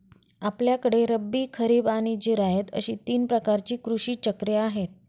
आपल्याकडे रब्बी, खरीब आणि जिरायत अशी तीन प्रकारची कृषी चक्रे आहेत